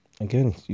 Again